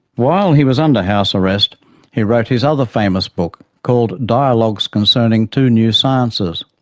while he was under house arrest he wrote his other famous book, called dialogues concerning two new sciences.